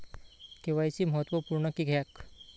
KYC महत्त्वपुर्ण किद्याक?